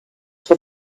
for